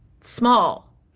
small